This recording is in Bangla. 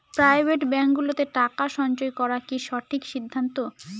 প্রাইভেট ব্যাঙ্কগুলোতে টাকা সঞ্চয় করা কি সঠিক সিদ্ধান্ত?